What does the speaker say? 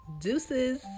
deuces